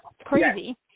Crazy